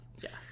Yes